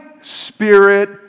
spirit